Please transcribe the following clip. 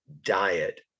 diet